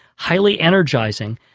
highly energising,